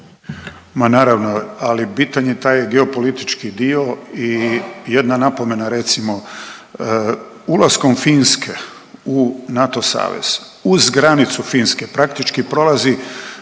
Ma naravno, ali bitan je taj geopolitički dio i jedna napomena recimo, ulaskom Finske u NATO savez, uz granicu Finske praktički prolazi